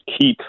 keep